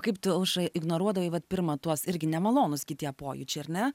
kaip tu aušra ignoruodavai vat pirma tuos irgi nemalonūs gi tie pojūčiai ar ne